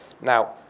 Now